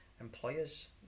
employers